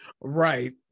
Right